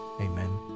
amen